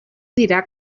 dirà